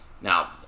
Now